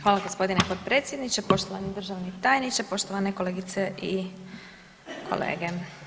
Hvala gospodine potpredsjedniče, poštovani državni tajniče, poštovane kolegice i kolege.